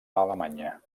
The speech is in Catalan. alemanya